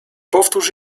powtórz